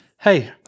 Hey